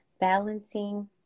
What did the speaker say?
balancing